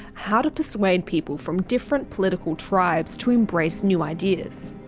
how to persuade people from different political tribes to embrace new ideas.